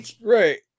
Right